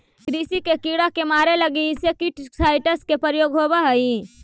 कृषि के कीड़ा के मारे के लगी इंसेक्टिसाइट्स् के प्रयोग होवऽ हई